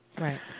right